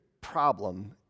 problem